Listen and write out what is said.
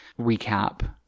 recap